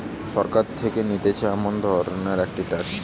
সরকার থেকে নিতেছে এমন ধরণের একটি ট্যাক্স